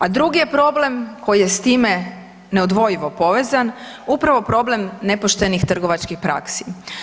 A drugi je problem koji je s time neodvojivo povezan, upravo problem nepoštenih trgovačkih praksi.